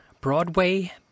Broadway